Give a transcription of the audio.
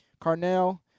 carnell